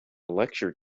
lecture